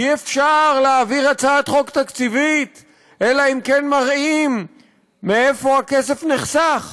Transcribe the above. אי-אפשר להעביר הצעת חוק תקציבית אלא אם כן מראים מאיפה הכסף נחסך.